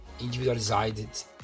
individualized